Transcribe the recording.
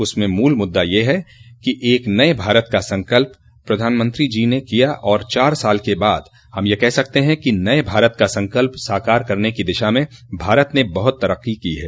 उसमें मूल मुद्दा ये है कि एक नये भारत का संकल्प प्रधानमंत्री जो ने किया और चार साल के बाद हम यह कह सकते है कि नये भारत का संकल्प साकार करने की दिशा में भारत ने बहुत तरक्की की है